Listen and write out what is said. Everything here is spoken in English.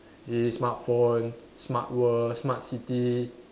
eh smart phone smart world smart city